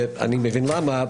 ואני מבין למה,